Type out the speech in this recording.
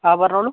ആ പറഞ്ഞോളൂ